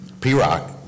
P-Rock